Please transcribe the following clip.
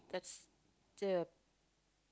that's the